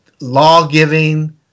law-giving